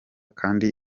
kandi